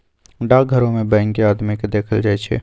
डाकघरो में बैंक के आदमी के देखल जाई छई